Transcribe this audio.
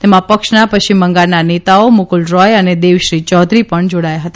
તેમાં પક્ષના પશ્ચિમ બંગાળના નેતાઓ મુકુલ રોય અને દેવશ્રી ચૌધરી પણ જોડાયા હતા